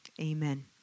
amen